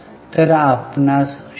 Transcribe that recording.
तर आपणास 0